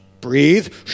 Breathe